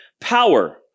power